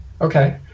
Okay